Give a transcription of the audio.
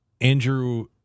Andrew